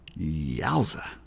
Yowza